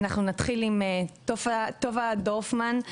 אנחנו נתחיל עם טובה דורפמן,